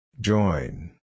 Join